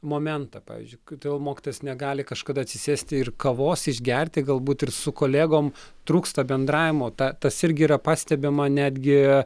momentą pavyzdžiui kodėl mokytojas negali kažkada atsisėsti ir kavos išgerti galbūt ir su kolegom trūksta bendravimo ta tas irgi yra pastebima netgi